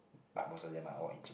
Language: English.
but most of them are all Encik